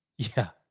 yeah.